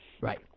Right